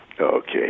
Okay